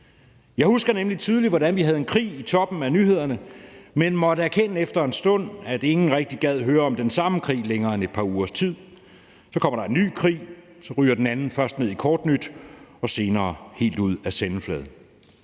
Jeg husker nemlig tydeligt, hvordan vi havde en krig i toppen af nyhederne, men måtte erkende efter en stund, at ingen rigtig gad høre om den samme krig længere end et par ugers tid. Så kommer der en ny krig, og så ryger den anden først ned i kort nyt og senere helt ud af sendefladen.